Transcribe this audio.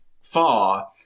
far